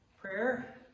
Prayer